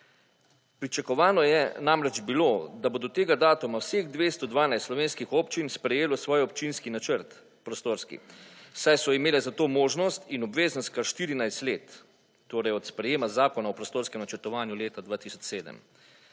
Pričakovano je namreč bilo, da bo do tega datuma vseh 212 slovenskih občin sprejelo svoj občinski načrt, prostorski, saj so imele zato možnost in obveznost kar 14 let, torej od sprejema zakona o prostorskem načrtovanju leta 2007.